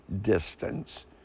distance